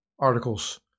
Articles